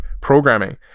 programming